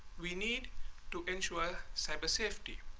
we need to ensure cyber safety,